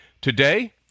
Today